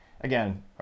again